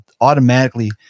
automatically